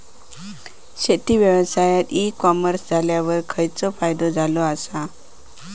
शेती व्यवसायात e commerce इल्यावर खयचो फायदो झालो आसा?